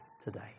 today